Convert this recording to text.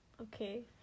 okay